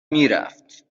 میرفت